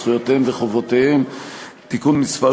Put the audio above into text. זכויותיהם וחובותיהם (תיקון מס'